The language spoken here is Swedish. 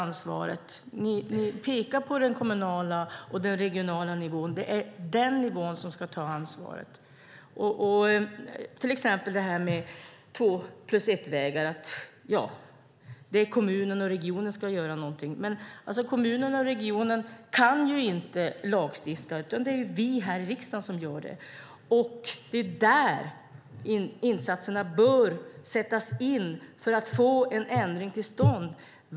Ni pekar på den kommunala och den regionala nivån, som ska ta ansvaret, till exempel när det gäller två-plus-ett-vägar. Men kommunerna och regionerna kan inte lagstifta, utan det är vi här i riksdagen som gör det. Det är där insatserna bör sättas in för att få en ändring till stånd.